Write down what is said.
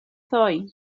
ddoe